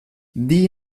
die